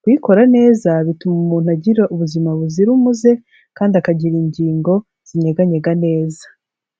Kuyikora neza bituma umuntu agira ubuzima buzira umuze, kandi akagira ingingo zinyeganyega neza.